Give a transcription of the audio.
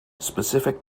specific